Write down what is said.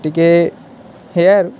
গতিকে সেয়াই আৰু